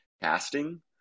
casting